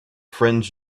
friends